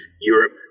Europe